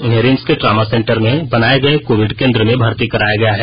उन्हें रिम्स के trauma centre में बनाये गये कोविड केन्द्र में भर्ती किया गया है